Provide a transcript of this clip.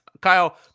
Kyle